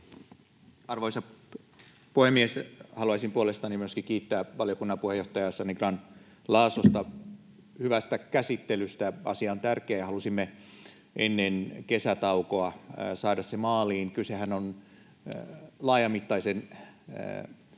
Arvoisa puhemies! Haluaisin puolestani myöskin kiittää valiokunnan puheenjohtajaa Sanni Grahn-Laasosta hyvästä käsittelystä. Asia on tärkeä, ja halusimme ennen kesätaukoa saada sen maaliin. Kysehän on laajamittaisen